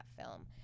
film